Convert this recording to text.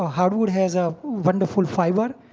ah hardwood has a wonderful fiber.